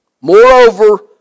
Moreover